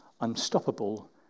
unstoppable